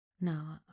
No